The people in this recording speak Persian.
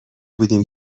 بودیم